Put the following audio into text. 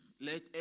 let